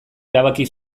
erabaki